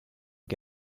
che